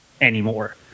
anymore